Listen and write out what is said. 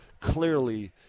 Clearly